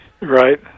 right